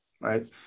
right